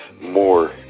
more